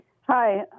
Hi